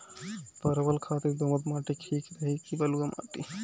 परवल खातिर दोमट माटी ठीक रही कि बलुआ माटी?